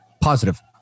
positive